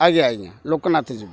ଆଜ୍ଞା ଆଜ୍ଞା ଲୋକନାଥ ଯିବୁ